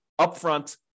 upfront